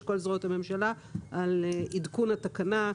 של כל זרועות הממשלה על עדכון התקנה.